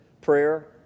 prayer